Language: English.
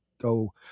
go